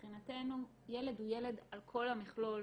מבחינתנו ילד הוא ילד על כל המכלול,